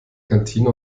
kantine